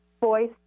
voice